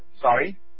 sorry